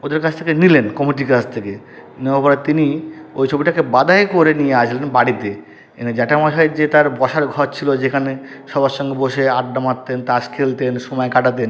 ওদের কাছ থেকে নিলেন কমিটির কাস থেকে নেওয়ার পরে তিনি ওই ছবিটাকে বাঁধাই করে নিয়ে আসলেন বাড়িতে এনে জ্যাঠামশাই যে তার বসার ঘর ছিলো যেখানে সবার সঙ্গে বসে আড্ডা মারতেন তাস খেলতেন সময় কাটাতেন